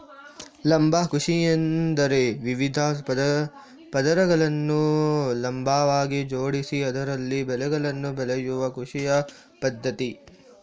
ಲಂಬ ಕೃಷಿಯೆಂದರೆ ವಿವಿಧ ಪದರಗಳನ್ನು ಲಂಬವಾಗಿ ಜೋಡಿಸಿ ಅದರಲ್ಲಿ ಬೆಳೆಗಳನ್ನು ಬೆಳೆಯುವ ಕೃಷಿಯ ಪದ್ಧತಿ